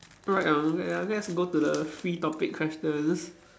right um ya let's go to the free topic questions